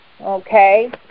Okay